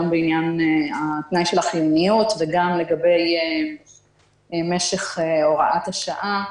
גם בעניין התנאי של החיוניות וגם לגבי משך הוראת השעה.